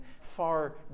far